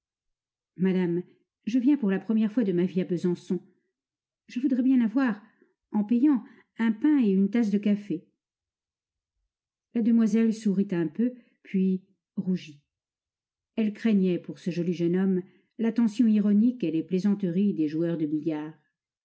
madame je viens pour la première fois de ma vie à besançon je voudrais bien avoir en payant un pain et une tasse de café la demoiselle sourit un peu et puis rougit elle craignait pour ce joli jeune homme l'attention ironique et les plaisanteries des joueurs de billard